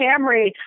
Camry